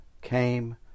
came